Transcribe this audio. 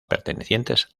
pertenecientes